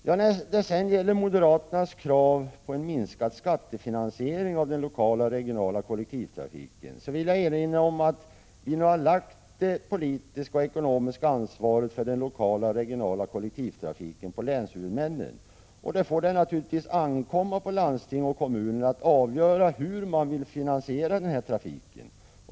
När det gäller moderaternas krav på en minskad skattefinansiering av den regionala och lokala kollektivtrafiken, vill jag erinra om att vi har lagt det politiska och ekonomiska ansvaret för denna trafik på länshuvudmännen. Det får naturligtvis ankomma på landsting och kommuner att avgöra hur man vill finansiera denna trafik.